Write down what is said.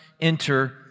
enter